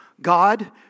God